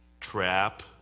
trap